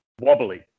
wobbly